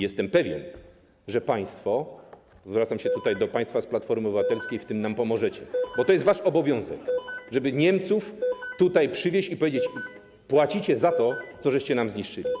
Jestem pewien, że państwo - zwracam się tutaj do państwa z Platformy Obywatelskiej - w tym nam pomożecie, bo to jest wasz obowiązek, żeby Niemców tutaj przywieźć i powiedzieć: płacicie za to, co nam zniszczyliście.